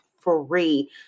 free